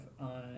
on